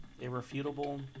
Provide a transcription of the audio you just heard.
Irrefutable